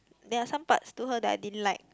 there are some parts to her that I didn't like